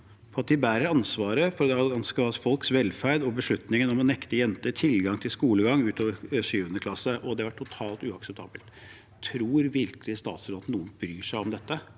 de bærer ansvaret for det afghanske folks velferd og beslutningen om å nekte jenter tilgang til skolegang utover 7. klasse, og det er totalt uakseptabelt.» Tror virkelig statsråden at noen bryr seg om dette?